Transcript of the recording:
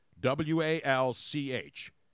W-A-L-C-H